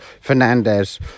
Fernandez